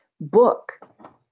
book